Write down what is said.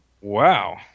wow